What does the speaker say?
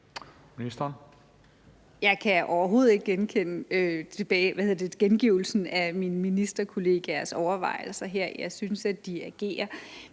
Jeg kan overhovedet ikke genkende gengivelsen af mine ministerkollegaers overvejelser her. Jeg synes, at de agerer